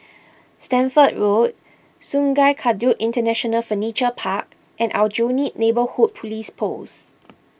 Stamford Road Sungei Kadut International Furniture Park and Aljunied Neighbourhood Police Post